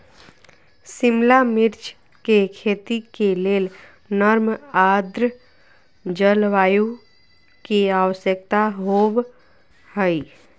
शिमला मिर्च के खेती के लेल नर्म आद्र जलवायु के आवश्यकता होव हई